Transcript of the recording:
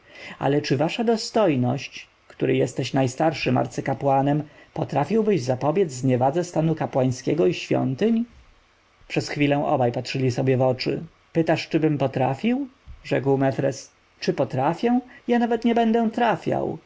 ale czy wasza dostojność który jesteś najstarszym arcykapłanem potrafiłbyś zapobiec zniewadze stanu kapłańskiego i świątyń przez chwilę obaj patrzyli sobie w oczy pytasz czybym potrafił rzekł mefres czy potrafię ja nawet nie będę trafiał